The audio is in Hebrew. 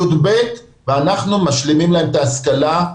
י"ב ואנחנו משלימים להם את ההשכלה,